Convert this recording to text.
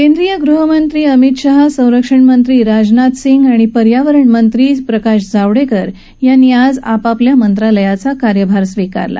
केंद्रीय गृहमंत्री अमित शाह संरक्षण मंत्री राजनाथ सिंह आणि पर्यावरण मंत्री प्रकाश जावडेकर यांनी आज आपल्या मंत्रालयाचा कार्यभार स्वीकारला